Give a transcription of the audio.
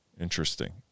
interesting